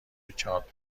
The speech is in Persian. ریچارد